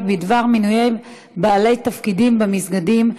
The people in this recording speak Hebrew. בנושא מינויי בעלי תפקידים במסגדים,